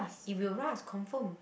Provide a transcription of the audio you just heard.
it will rust confirm